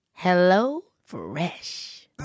HelloFresh